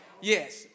Yes